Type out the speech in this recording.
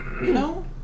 No